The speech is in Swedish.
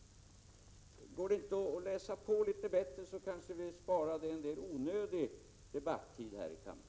Skulle Nic Grönvall inte kunna läsa på litet bättre, så att vi kan undvika onödig debattid här i kammaren?